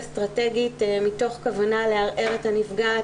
אסטרטגית מתוך כוונה לערער את הנפגעת